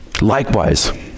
Likewise